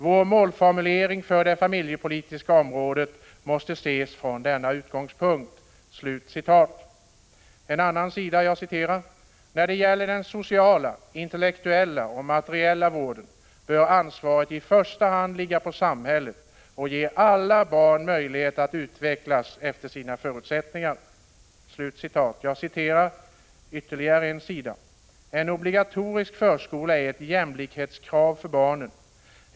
Vår målformulering för det familjepolitiska området måste ses från denna utgångspunkt.” Litet längre fram kan man läsa: ”När det gäller den sociala, intellektuella och materiella vården bör ansvaret i första hand ligga på samhället och ge alla barn möjligheter att utvecklas efter sina förutsättningar.” ”En obligatorisk förskola är ett jämlikhetskrav för barnen.